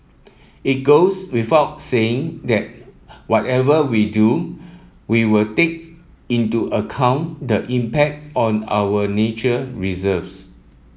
it goes without saying that whatever we do we will take into account the impact on our nature reserves